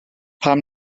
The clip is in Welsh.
pam